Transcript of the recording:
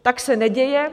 Tak se neděje.